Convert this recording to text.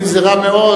אם זה רע מאוד,